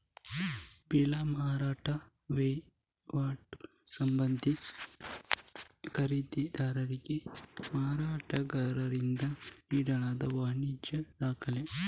bill ಮಾರಾಟ ವೈವಾಟಲ್ಲಿ ಸಂಬಂಧಿಸಿದ ಖರೀದಿದಾರರಿಗೆ ಮಾರಾಟಗಾರರಿಂದ ನೀಡಲಾದ ವಾಣಿಜ್ಯ ದಾಖಲೆ